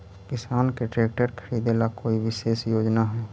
किसान के ट्रैक्टर खरीदे ला कोई विशेष योजना हई?